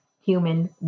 human